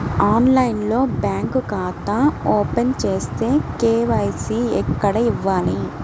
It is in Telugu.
ఆన్లైన్లో బ్యాంకు ఖాతా ఓపెన్ చేస్తే, కే.వై.సి ఎక్కడ ఇవ్వాలి?